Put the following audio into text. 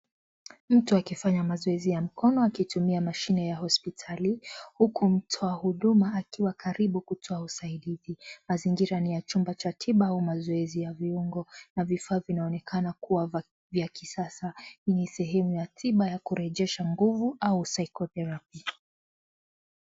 Mtu akifanya mazoezi ya mkono akitumia mashine ya hospitali. Huku mtoa huduma akiwa karibu kutoa usaidizi. Mazingira ni ya chumba cha tiba au mazoezi ya viungo. Na vifaa vinaonekana kuwa vya kisasa. Ni sehemu ya tiba ya kurejesha nguvu au saikoterapi.